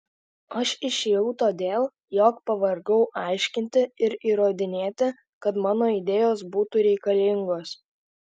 aš išėjau todėl jog pavargau aiškinti ir įrodinėti kad mano idėjos būtų reikalingos